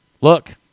Look